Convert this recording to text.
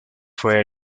fue